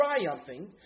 triumphing